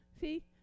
See